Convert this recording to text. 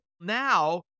Now